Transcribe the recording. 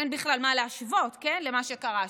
אין בכלל מה להשוות למה שקרה שם,